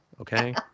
Okay